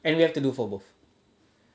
and we have to do for both